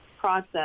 process